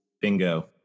Bingo